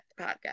podcast